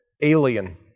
alien